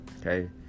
Okay